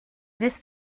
this